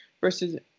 versus